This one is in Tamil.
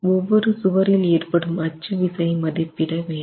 ஒவ்வொரு சுவரில் ஏற்படும் அச்சு விசை மதிப்பிட வேண்டும்